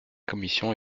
commission